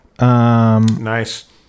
Nice